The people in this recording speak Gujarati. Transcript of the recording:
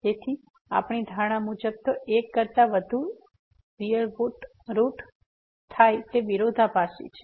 તેથી અમારી ધારણા મુજબ તે એક કરતાં વધુ વાસ્તવિક રૂટ થી વિરોધાભાસી છે